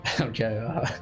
okay